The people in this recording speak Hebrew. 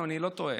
אני לא טועה.